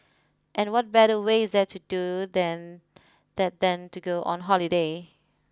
and what better way there to do than that than to go on holiday